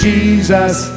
Jesus